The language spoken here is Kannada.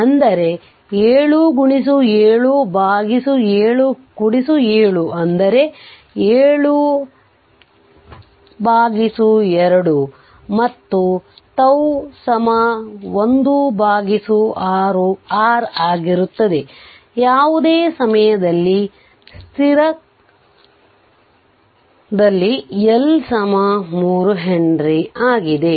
ಅಂದರೆ 7 7 7 7 72 Ω ಮತ್ತು τ lR ಆಗಿರುತ್ತದೆ ಯಾವುದೇ ಸಮಯದಲ್ಲಿ ಸ್ಥಿರದಲ್ಲಿ L 3 Henry ಆಗಿದೆ